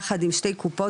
יחד עם שתי קופות,